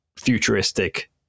futuristic